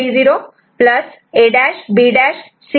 D0 A'B'C